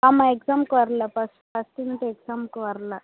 ஆமாம் எக்ஸாம்க்கு வரல ஃபர்ஸ்ட் ஃபர்ஸ்ட் மிட்டெர்ம் எக்ஸாம்க்கு வரலை